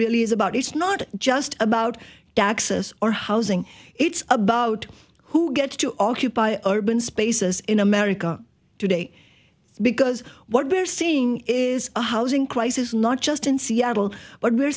really is about it's not just about access or housing it's about who gets to occupy urban spaces in america today because what we're seeing is a housing crisis not just in seattle but we're